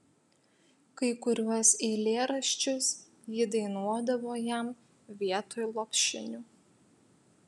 kai kuriuos eilėraščius ji dainuodavo jam vietoj lopšinių